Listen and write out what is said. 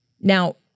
Now